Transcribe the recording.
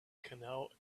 canal